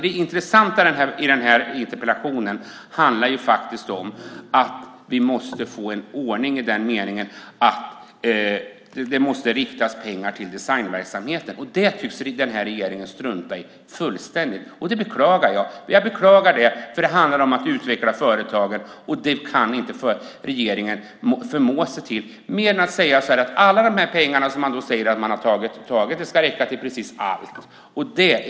Det intressanta i interpellationen handlar om att vi måste få en ordning i den meningen att det måste riktas pengar till designverksamheten. Det tycks denna regering strunta i fullständigt. Det beklagar jag eftersom det handlar om att utveckla företagen. Det kan inte regeringen förmå sig till mer än att säga att pengarna ska räcka till precis allt.